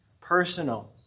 personal